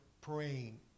praying